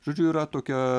žodžiu yra tokia